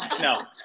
No